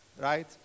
right